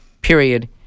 period